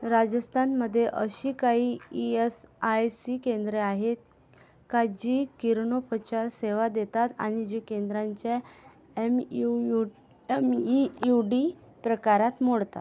राजस्थानमध्ये अशी काही ई एस आय सी केंद्रं आहेत का जी किरणोपचार सेवा देतात आणि जी केंद्रांच्या M U U M E U D प्रकारात मोडतात